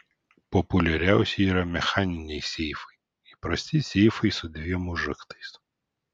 populiariausi yra mechaniniai seifai įprasti seifai su dviem užraktais